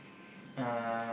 uh